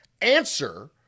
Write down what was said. answer